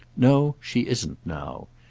no she isn't now.